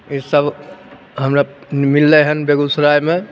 इसब हमे मिललै हन बेगुसरायमे